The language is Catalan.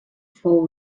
fou